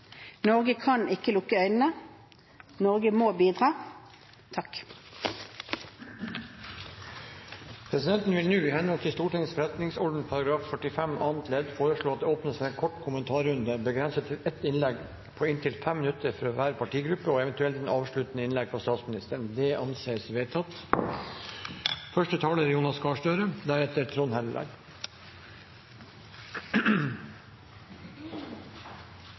Norge kan ikke lukke øynene. Norge må bidra. Presidenten vil nå, i henhold til Stortingets forretningsorden § 45 annet ledd, foreslå at det åpnes for en kort kommentarrunde, begrenset til ett innlegg på inntil 5 minutter fra hver partigruppe og eventuelt et avsluttende innlegg fra statsministeren. – Det anses vedtatt.